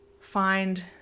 find